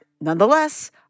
nonetheless